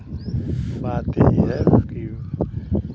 बात यही है की